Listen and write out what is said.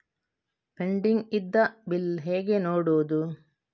Pending ಇದ್ದ bill ಹೇಗೆ ನೋಡುವುದು?